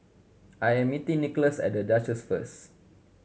I'm meeting Nickolas at The Duchess first